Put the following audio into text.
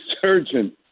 surgeon